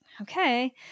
Okay